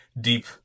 deep